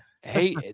Hey